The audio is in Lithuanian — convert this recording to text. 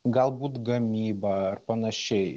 galbūt gamybą ar panašiai